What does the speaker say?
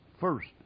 first